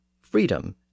freedom